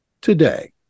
today